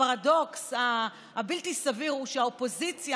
הפרדוקס הבלתי-סביר הוא שהאופוזיציה